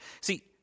See